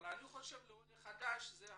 אבל לעולה חדש זה הרבה.